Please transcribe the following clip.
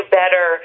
better